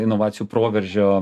inovacijų proveržio